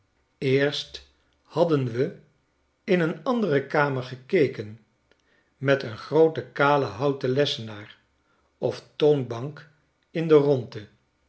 eerst hadden we in een andere kamer gekeken met een grooten kalen houten lessenaar of toonbank in de rondte